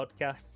Podcasts